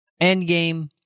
Endgame